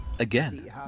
again